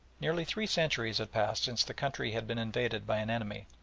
nearly three centuries had passed since the country had been invaded by an enemy.